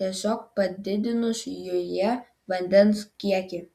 tiesiog padidinus joje vandens kiekį